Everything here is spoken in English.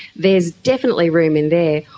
there is definitely room in there.